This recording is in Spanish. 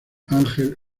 ángel